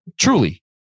truly